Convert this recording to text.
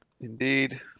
Indeed